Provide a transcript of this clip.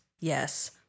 Yes